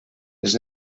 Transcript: els